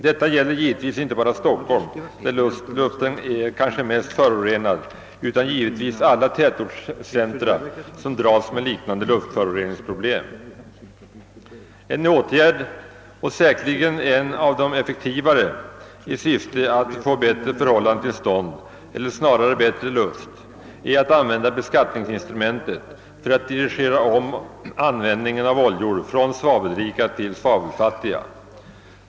Detta gäller givetvis icke bara Stockholm, där luften kanske är mest förorenad, utan alla tätortscentra som dras med liknande luftföroreningsproblem. En åtgärd och säkerligen en av de effektivare i syfte att få bättre förhållanden till stånd, eller snarare bättre luft, är att använda beskattningsinstrumentet för att dirigera om användningen av oljor från svavelrika till svavelfattiga.